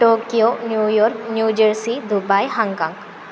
Tokyo New York New Jersey Dubai Hong Kong